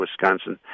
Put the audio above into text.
Wisconsin